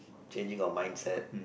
changing of mindset